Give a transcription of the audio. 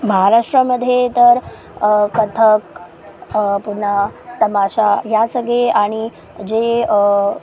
महाराष्ट्रामध्ये तर कथक पुन्हा तमाशा ह्या सगळे आणि जे